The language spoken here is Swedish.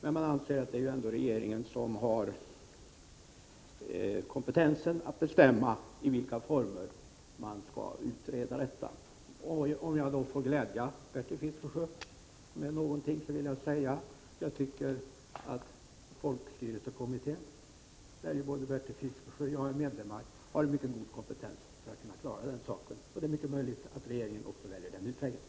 Vi anser att det ändå är regeringen som har kompetensen att bestämma i vilka former detta skall utredas. Om jag får glädja Bertil Fiskesjö med någonting så vill jag säga att jag tycker att folkstyrelsekommittén, där ju både Bertil Fiskesjö och jag är medlemmar, har en mycket god kompetens att klara den saken, och det är ju mycket möjligt att regeringen också väljer den utvägen.